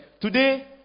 Today